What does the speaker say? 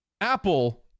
Apple